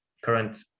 current